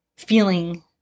feeling